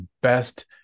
best